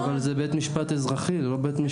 אבל זה בית משפט אזרחי, לא בית משפט פלילי.